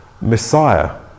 Messiah